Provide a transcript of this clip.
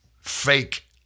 fake